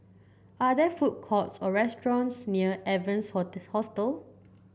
are there food courts or restaurants near Evans Hostel